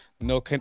no